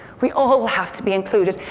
we all have to be included.